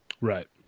right